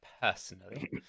personally